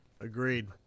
agreed